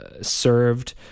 served